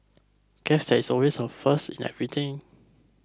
guess there is always a first in everything